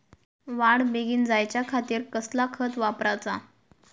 वाढ बेगीन जायच्या खातीर कसला खत वापराचा?